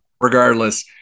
regardless